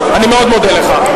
אני מאוד מודה לך.